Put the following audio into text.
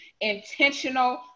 intentional